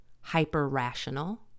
hyper-rational